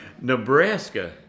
Nebraska